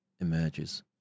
emerges